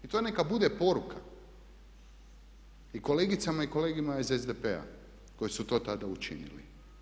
I to neka bude poruka i kolegicama i kolegama iz SDP-a koji su to tada učinili.